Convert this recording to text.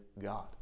God